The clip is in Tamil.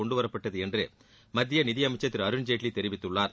கொண்டுவரப்பட்டது என்று மத்திய நிதியமைச்சர் திரு அருண்ஜேட்வி தெரிவித்துள்ளார்